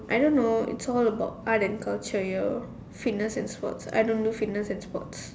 I don't know it's all about art and culture your fitness and sports I don't do fitness and sports